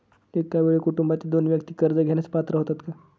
एका वेळी कुटुंबातील दोन व्यक्ती कर्ज घेण्यास पात्र होतात का?